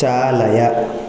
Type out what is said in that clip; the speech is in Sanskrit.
चालय